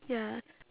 ya